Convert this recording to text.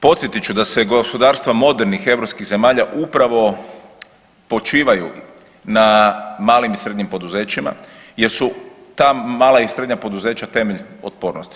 Podsjetit ću da se gospodarstva modernih europskih zemalja upravo počivaju na malim i srednjim poduzećima jer su ta mala i srednja poduzeća temelj otpornosti.